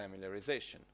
familiarization